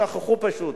שכחו פשוט.